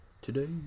today